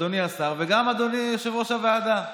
אדוני השר וגם אדוני יושב-ראש הוועדה.